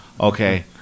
Okay